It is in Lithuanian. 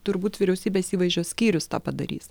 turbūt vyriausybės įvaizdžio skyrius tą padarys